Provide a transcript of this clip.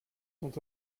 sont